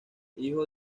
hijo